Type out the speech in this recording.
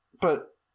but-